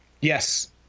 Yes